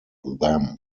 them